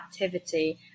activity